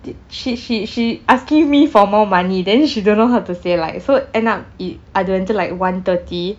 did she she she asking me for more money then she don't know how to say like so end up it அது வந்து:athu vanthu like one thirty